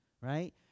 right